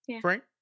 Frank